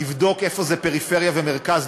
לבדוק איפה זה פריפריה ומרכז,